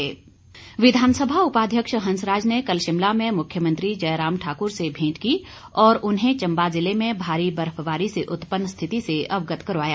हुंसराज विधानसभा उपाध्यक्ष हंसराज ने कल शिमला में मुख्यमंत्री जयराम ठाकुर से भेंट की और उन्हें चंबा ज़िले में भारी बर्फबारी से उत्पन्न स्थिति से अवगत करवाया